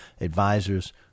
advisors